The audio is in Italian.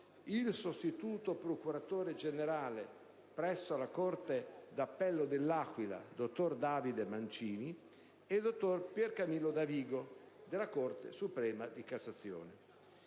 il sostituto procuratore generale presso la Corte d'appello dell'Aquila, dottor Davide Mancini, e il dottor Piercamillo Davigo, della Corte suprema di cassazione;